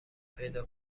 پیدا